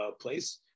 place